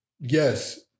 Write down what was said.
yes